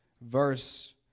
verse